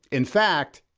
in fact,